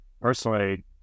personally